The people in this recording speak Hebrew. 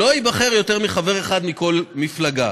לא ייבחר יותר מחבר אחד מכל מפלגה".